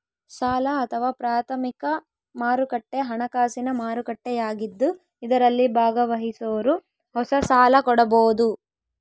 ಸಾಲ ಅಥವಾ ಪ್ರಾಥಮಿಕ ಮಾರುಕಟ್ಟೆ ಹಣಕಾಸಿನ ಮಾರುಕಟ್ಟೆಯಾಗಿದ್ದು ಇದರಲ್ಲಿ ಭಾಗವಹಿಸೋರು ಹೊಸ ಸಾಲ ಕೊಡಬೋದು